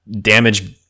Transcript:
damage